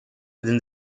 within